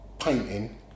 painting